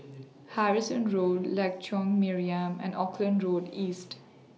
Harrison Road Lengkok Mariam and Auckland Road East